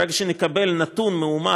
ברגע שנקבל נתון מאומת,